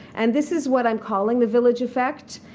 and this is what i'm calling the village effect.